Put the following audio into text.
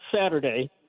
Saturday